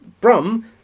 Brum